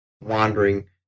wandering